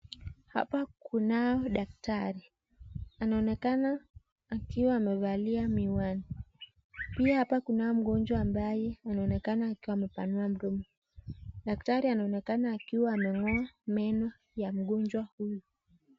Hapa kunao daktari . Anaonekana akiwa amevalia miwani . Pia hapa kunaye mgonjwa ambaye anaonekana akiwa amepanua mdomo . Daktari anaonekana akiwa ameng'oa meno ya mgonjwa huyu .